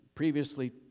previously